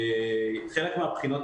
חלק מהבחינות,